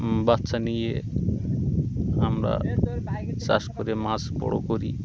বাচ্চা নিয়ে আমরা চাষ করে মাছ বড় করি